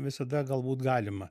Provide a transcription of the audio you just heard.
visada galbūt galima